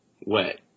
wet